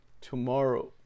tomorrow